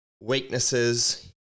weaknesses